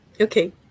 Okay